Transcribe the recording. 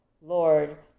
lord